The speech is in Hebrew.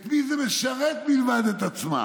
את מי זה משרת מלבד את עצמם?